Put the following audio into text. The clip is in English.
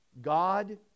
God